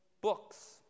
Books